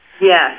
Yes